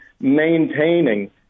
maintaining